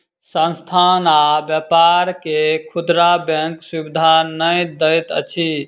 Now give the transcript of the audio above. संस्थान आ व्यापार के खुदरा बैंक सुविधा नै दैत अछि